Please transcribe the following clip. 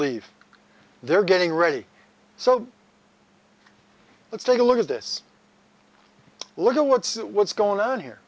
leave they're getting ready so let's take a look at this look at what's what's going on here